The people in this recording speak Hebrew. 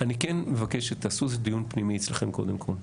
אני כן מבקש שתעשו איזה דיון פנימי אצלכם קודם כל,